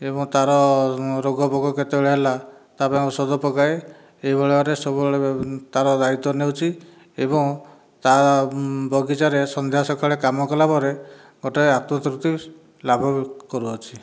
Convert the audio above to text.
ଏବଂ ତାର ରୋଗ ଫୋଗ କେତେବେଳେ ହେଲା ତା ପାଇଁ ଔଷଧ ପକାଏ ଏହି ଭଳି ଭାବରେ ସବୁବେଳେ ତାର ଦାୟୀତ୍ୱ ନେଉଛି ଏବଂ ତା ବଗିଚାରେ ସନ୍ଧ୍ୟା ସକାଳେ କାମ କଲାପରେ ଗୋଟିଏ ଆତ୍ମତୃପ୍ତି ଲାଭ କରୁଅଛି